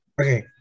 Okay